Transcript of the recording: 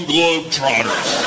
Globetrotters